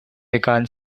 began